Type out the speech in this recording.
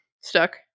stuck